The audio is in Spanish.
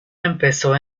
empezó